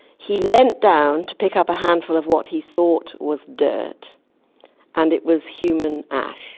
he lent down to pick up a handful of what he thought was dirt and it was human ash,